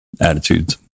attitudes